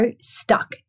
stuck